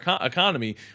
economy